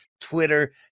Twitter